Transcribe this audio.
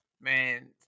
Man